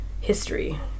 history